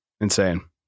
Insane